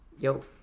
Yo